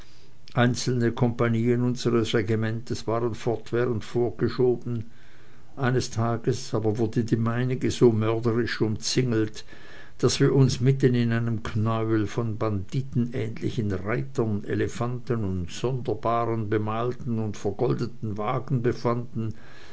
einzelne kompanien unsres regimentes waren fortwährend vorgeschoben eines tages aber wurde die meinige so mörderlich umzingelt daß wir uns mitten in einem knäuel von banditenähnlichen reitern elefanten und sonderbaren bemalten und vergoldeten wagen befanden